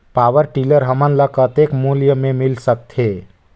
Power tiller हमन ल कतेक मूल्य मे मिल सकथे?